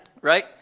right